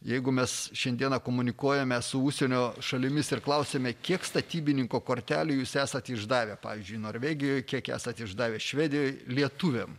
jeigu mes šiandieną komunikuojame su užsienio šalimis ir klausiame kiek statybininko kortelių jūs esate išdavę pavyzdžiui norvegijoj kiek esate išdavę švedijoj lietuviam